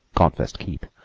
confessed keith,